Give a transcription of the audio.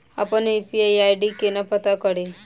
अप्पन UPI ID केना पत्ता कड़ी?